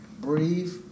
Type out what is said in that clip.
breathe